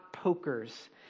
pokers